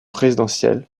présidentielles